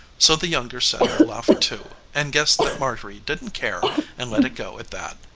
so the younger set laughed, too, and guessed that marjorie didn't care and let it go at that.